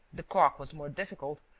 the clock was more difficult,